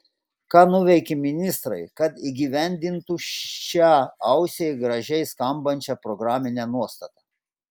ką nuveikė ministrai kad įgyvendintų šią ausiai gražiai skambančią programinę nuostatą